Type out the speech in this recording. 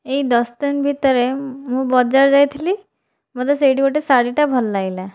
ଏଇ ଦଶଦିନ ଭିତରେ ମୁଁ ବଜାର ଯାଇଥିଲି ମୋତେ ସେଇଠି ଗୋଟେ ଶାଢ଼ୀଟା ଭଲ ଲାଗିଲା